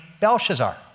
Belshazzar